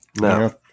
No